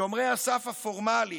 שומרי הסף הפורמליים,